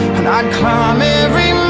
and i'd climb every